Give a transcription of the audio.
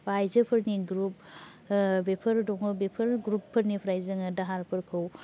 बा आयजोफोरनि ग्रुप बेफोर दङ बेफोर ग्रुपफोरनिफ्राय जोङो दाहारफोरखौ